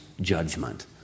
judgment